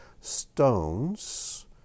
stones